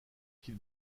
qu’il